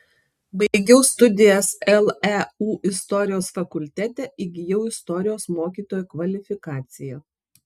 baigiau studijas leu istorijos fakultete įgijau istorijos mokytojo kvalifikaciją